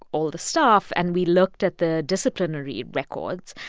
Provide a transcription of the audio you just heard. all the staff, and we looked at the disciplinary records,